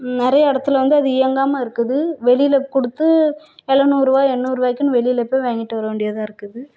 நிறையா இடத்துல வந்து அது இயங்காமல் இருக்குது வெளியில் கொடுத்து எழுநூறு எண்ணூறுவாய்க்குன்னு வெளியில் போய் வாங்கிட்டு வர வேண்டியதாக இருக்குது